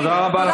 תודה רבה.